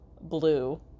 blue